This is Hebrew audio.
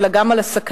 אלא גם על הסכנות,